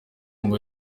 ngo